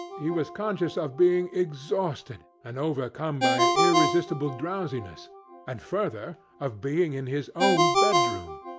he was conscious of being exhausted, and overcome by an irresistible drowsiness and, further, of being in his own bedroom.